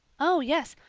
oh, yes,